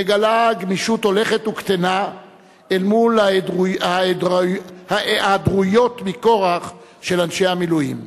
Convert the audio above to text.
מגלה גמישות הולכת וקטנה אל מול ההיעדרויות מכורח של אנשי המילואים.